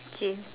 okay